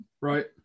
Right